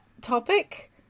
topic